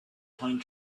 pine